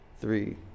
three